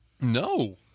No